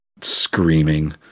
screaming